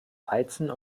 weizen